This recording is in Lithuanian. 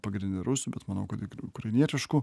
pagrinde rusų bet manau kad ir ukrainietiškų